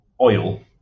oil